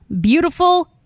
beautiful